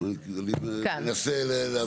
ננסה להבין.